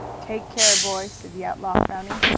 take care, boy! said the outlaw, frowning.